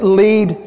lead